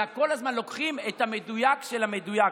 אלא כל הזמן לוקחים את המדויק של המדויק.